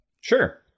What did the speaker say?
Sure